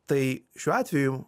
tai šiuo atveju